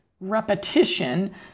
repetition